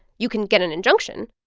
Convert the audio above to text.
you can get an injunction.